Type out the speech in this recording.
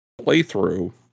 playthrough